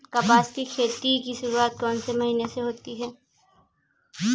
कपास की खेती की शुरुआत कौन से महीने से होती है?